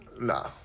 Nah